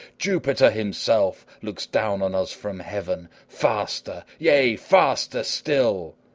jupiter himself looks down on us from heaven. faster! yea, faster still!